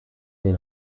den